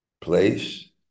Place